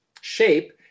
shape